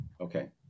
Okay